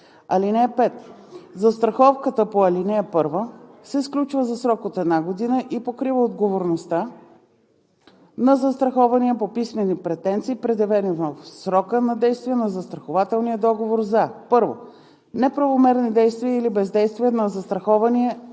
(5) Застраховката по ал. 1 се сключва за срок от една година и покрива отговорността на застрахования по писмени претенции, предявени в срока на действие на застрахователния договор, за: 1. неправомерни действия или бездействия на застрахования